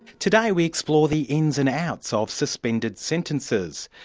today we explore the ins and outs ah of suspended sentences.